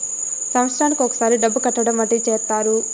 సంవత్సరానికి ఒకసారి డబ్బు కట్టడం వంటివి చేత్తారు